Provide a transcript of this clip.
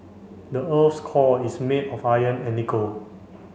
the earth core is made of iron and nickel